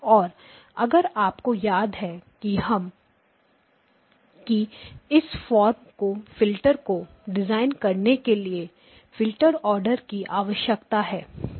और अगर आपको याद है कि इस फॉर्म के फिल्टर को डिजाइन करने के लिए फ़िल्टर ऑर्डर की आवश्यकता है